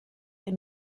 and